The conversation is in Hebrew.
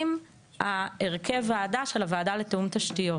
אם הרכב הוועדה של הוועדה לתיאום תשתיות,